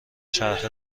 چرخ